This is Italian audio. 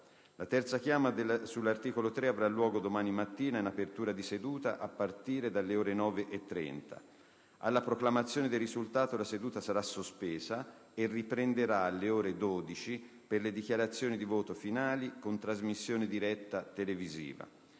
La terza chiama sull'articolo 3 avrà luogo domani mattina in apertura di seduta, a partire dalle ore 9.30. Alla proclamazione del risultato la seduta sarà sospesa e riprenderà alle ore 12 per le dichiarazioni di voto finali con trasmissione diretta televisiva.